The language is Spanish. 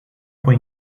fue